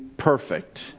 Perfect